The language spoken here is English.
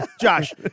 Josh